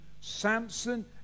Samson